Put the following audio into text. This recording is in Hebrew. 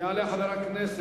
יעלה חבר הכנסת